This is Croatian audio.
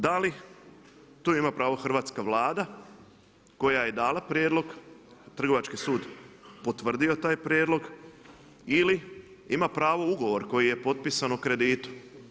Da li tu ima pravo hrvatska Vlada koja je dala prijedlog, Trgovački sud potvrdio taj prijedlog ili ima pravo ugovor koji je potisan o kreditu.